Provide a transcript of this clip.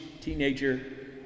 teenager